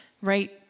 right